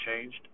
changed